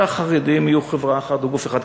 שהחרדים יהיו חברה אחת או גוף אחד.